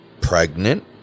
pregnant